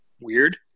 Weird